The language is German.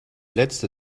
letzte